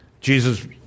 Jesus